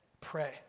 pray